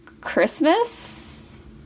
Christmas